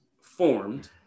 formed